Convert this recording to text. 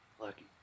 lucky